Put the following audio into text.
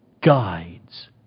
guides